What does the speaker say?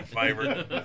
favorite